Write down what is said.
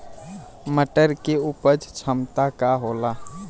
मटर के उपज क्षमता का होला?